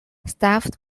staffed